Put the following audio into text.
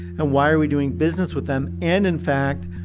and why are we doing business with them? and in fact,